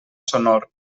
sonor